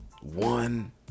one